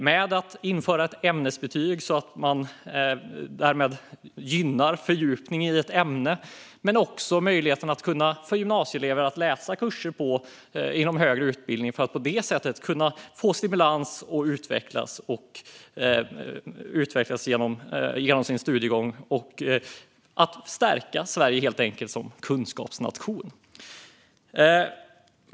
Det handlar om att införa ämnesbetyg så att man gynnar fördjupning i ett ämne och om möjligheten för gymnasieelever att läsa kurser inom högre utbildning för att på det sättet få stimulans och utvecklas genom sin studiegång. Detta kan helt enkelt stärka Sverige som kunskapsnation.